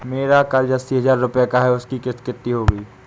मेरा कर्ज अस्सी हज़ार रुपये का है उसकी किश्त कितनी होगी?